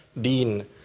Dean